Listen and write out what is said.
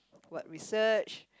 what research